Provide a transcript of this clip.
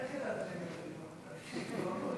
איך ידעת שאני רוצה לנאום?